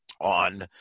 on